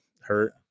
hurt